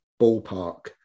ballpark